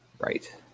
Right